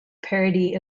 parody